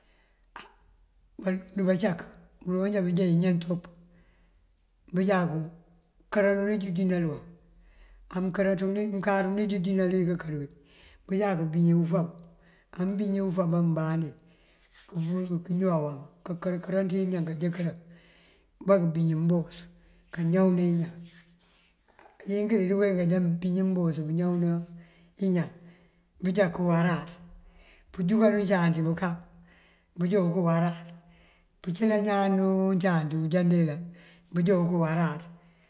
Á und bëcak undëjooje iñan coop bujáku kërari unij ujínal wun. Amkáţ unij ujínal wí kikër wí bëyá kebíiñi ufoob. Mëbíiñ bá ufoob ambandi këñowan këkër këran ţí ñaan kajëkëra ambá këbiñi mboos kañawëna iñan. Á yink bí badukenk já mëbiñi mboos bëñawëna iñan bujáku wararáaţ, bujukan uncáam ţí bëkáab bujoo okoo wararáaţ, pëcëlan ñaan uncáam dí ijándila bujá okoo wararáaţ.